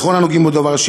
ולכל הנוגעים בדבר,